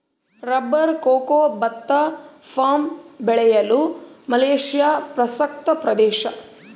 rubber cocoa ಭತ್ತ palm ಬೆಳೆಯಲು Malaysia ಪ್ರಸಕ್ತ ಪ್ರದೇಶ